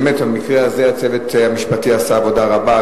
באמת במקרה הזה הצוות המשפטי עשה עבודה רבה,